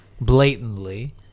blatantly